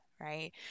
right